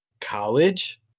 college